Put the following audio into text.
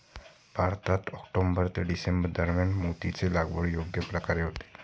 भारतात ऑक्टोबर ते डिसेंबर दरम्यान मोत्याची लागवड योग्य प्रकारे होते